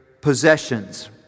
possessions